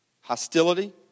Hostility